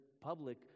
public